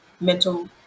Mental